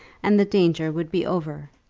and the danger would be over,